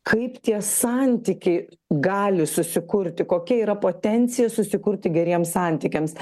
kaip tie santykiai gali susikurti kokia yra potencija susikurti geriems santykiams